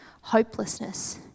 hopelessness